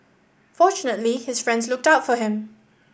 fortunately his friends looked out for him